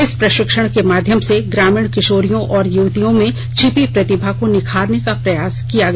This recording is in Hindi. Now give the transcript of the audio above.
इस प्रषिक्षण के माध्यम से ग्रामीण किषोरियों और युवतियों में छिपी प्रतिभा को निखारने का प्रयास किया गया